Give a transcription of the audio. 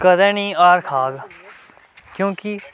कदें निं हार खाह्ग क्योंकि